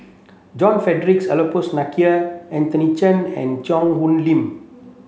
John Frederick Adolphus McNair Anthony Chen and Cheang Hong Lim